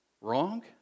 Wrong